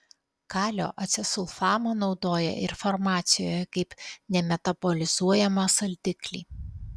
kalio acesulfamą naudoja ir farmacijoje kaip nemetabolizuojamą saldiklį